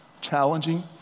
challenging